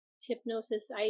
hypnosis